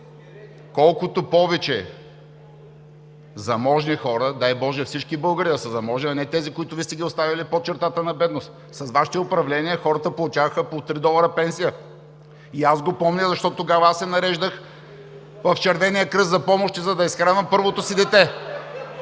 Колкото повече заможни хора, дай боже всички българи да са заможни, а не тези, които Вие сте ги оставили под чертата на бедност – с вашите управления хората получаваха по три долара пенсия. И аз го помня, защото тогава аз се нареждах в Червения кръст за помощи, за да изхранвам първото си дете.